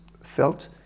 felt